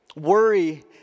Worry